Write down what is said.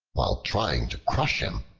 while trying to crush him,